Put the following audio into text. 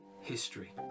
history